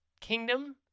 Kingdom